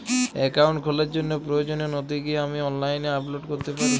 Account খোলার জন্য প্রয়োজনীয় নথি কি আমি অনলাইনে আপলোড করতে পারি?